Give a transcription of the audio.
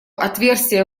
отверстия